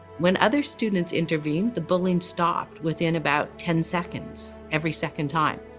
when other students intervene, the bullying stopped within about ten seconds every second time.